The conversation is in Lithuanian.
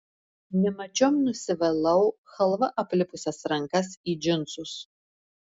nemačiom nusivalau chalva aplipusias rankas į džinsus